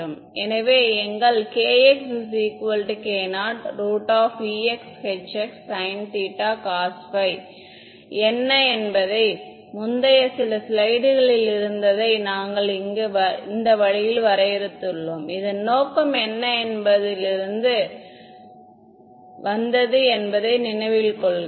எனவே எங்கள் kxk0 ex hx sin θ cosϕ என்ன என்பதை முந்தைய சில ஸ்லைடுகளில் இருந்ததை நாங்கள் இந்த வழியில் வரையறுத்துள்ளோம் இதன் நோக்கம் என்ன என்பதிலிருந்து வந்தது என்பதை நினைவில் கொள்க